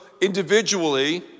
individually